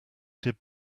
did